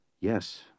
Yes